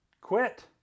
quit